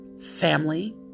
family